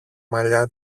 μαλλιά